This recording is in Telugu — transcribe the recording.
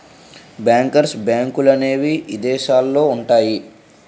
బ్యాంకర్స్ బ్యాంకులనేవి ఇదేశాలల్లో ఉంటయ్యి